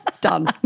done